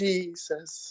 Jesus